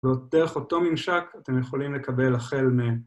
ודרך אותו ממשק אתם יכולים לקבל החל מ...